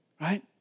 Right